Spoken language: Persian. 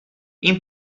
این